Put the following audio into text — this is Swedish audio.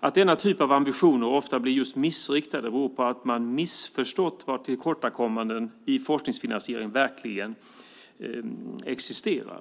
Att denna typ av ambitioner ofta blir just missriktade beror på att man har missförstått var tillkortakommanden i forskningsfinansieringen verkligen existerar.